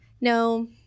No